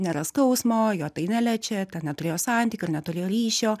nėra skausmo jo tai neliečia ten neturėjo santykių neturėjo ryšio